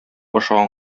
ашаган